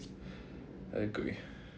I agree